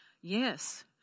Yes